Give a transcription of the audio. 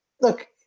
look